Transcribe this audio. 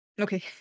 Okay